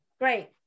Great